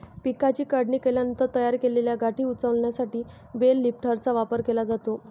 पिकाची काढणी केल्यानंतर तयार केलेल्या गाठी उचलण्यासाठी बेल लिफ्टरचा वापर केला जातो